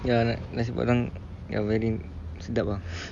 ya nasi padang ya very sedap ah